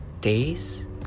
days